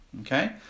Okay